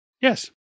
Yes